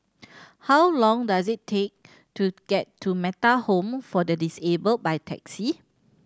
how long does it take to get to Metta Home for the Disabled by taxi